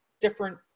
different